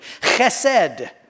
Chesed